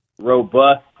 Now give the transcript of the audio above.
robust